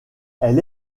elle